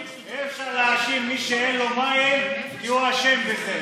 אי-אפשר להאשים את מי שאין לו מים שהוא אשם בזה.